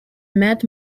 matt